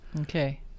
Okay